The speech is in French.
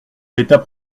l’état